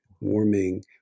warming